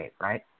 right